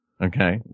Okay